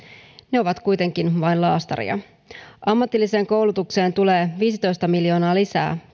ne ovat kuitenkin vain laastaria ammatilliseen koulutukseen tulee viisitoista miljoonaa lisää